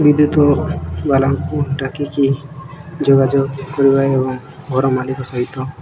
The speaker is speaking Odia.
ବିଦ୍ୟତବାଲାଙ୍କୁ ଡାକିକି ଯୋଗାଯୋଗ କରିବା ଏବଂ ଘର ମାଲିକ ସହିତ